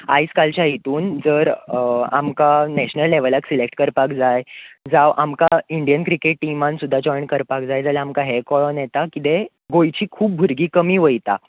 आयज कालच्या हितून जर आमकां नेशनल लेवलाक सिलेक्ट करपाक जाय जावं आमकां इंडियन क्रिकेट टिमान सुद्दां जोयन करपाक जाय जाल्यार आमकां हें कळोन येता कितें गोंयची खूब भुरगीं कमी वयता